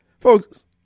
folks